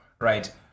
right